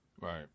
Right